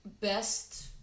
best